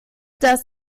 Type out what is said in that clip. das